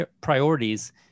priorities